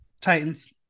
titans